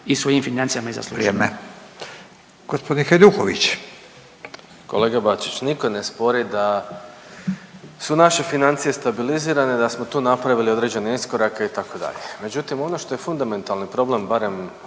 Gospodin Hajduković. **Hajduković, Domagoj (Nezavisni)** Kolega Bačić, niko ne spori da su naše financije stabilizirane, da smo tu napravili određene iskorake itd., međutim ono što je fundamentalni problem barem